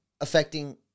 affecting